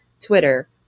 Twitter